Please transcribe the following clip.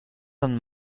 dann